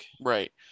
Right